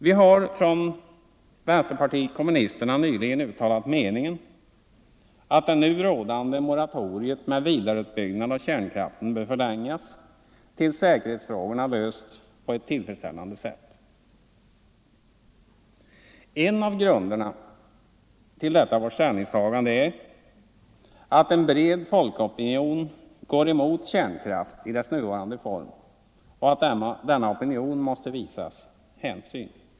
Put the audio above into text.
Vi har från vänsterpartiet kommunisterna nyligen uttalat meningen, att det nu rådande moratoriet med vidareutbyggnad av kärnkraften bör förlängas tills säkerhetsfrågorna lösts på ett tillfredsställande sätt. En av grunderna till detta vårt ställningstagande är att en bred folkopinion går emot kärnkraft, i dess nuvarande form, och att denna opinion måste visas hänsyn.